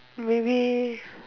maybe